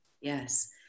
Yes